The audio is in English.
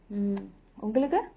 mm உங்களுக்கு:ungalukku